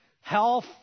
health